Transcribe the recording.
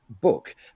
book